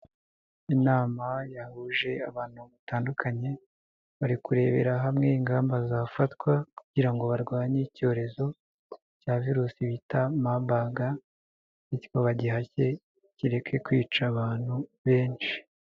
Inama yahuje abantu batandukanye bari kurebera hamwe ingamba zafatwa kugira ngo barwanye icyorezo cya virusi bita Mabaga bityo bagihashye kireke kwica abantu benshi.